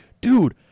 dude